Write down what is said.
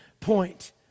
point